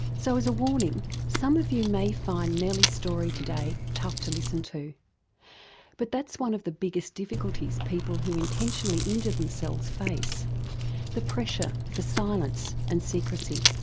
so as a warning some of you may find nellie's story today tough to listen to but that's one of the biggest difficulties people who intentionally injure themselves face the pressure for silence and secrecy.